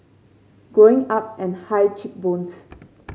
Growing Up and high cheek bones